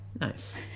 Nice